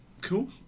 cool